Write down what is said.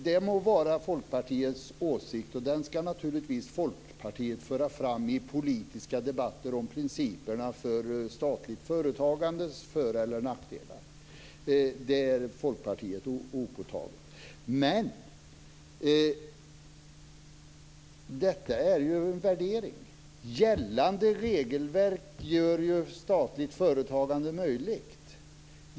Det må vara Folkpartiets åsikt och den ska naturligtvis Folkpartiet föra fram i politiska debatter om principerna för statligt företagandes för eller nackdelar. Det är Folkpartiet opåtalt. Men detta är ju en värdering. Gällande regelverk gör ju statligt företagande möjligt.